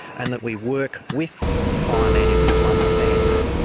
and that we work with fire managers to understand that.